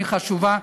היא חשובה,